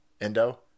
Endo